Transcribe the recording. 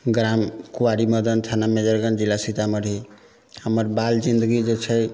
ग्राम कुआरी मदन थाना मेजरगञ्ज जिला सीतामढ़ी हमर बाल जिन्दगी जे छै